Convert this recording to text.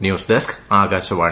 news desk Akashvani